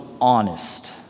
honest